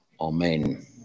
Amen